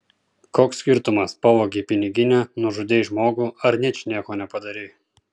koks skirtumas pavogei piniginę nužudei žmogų ar ničnieko nepadarei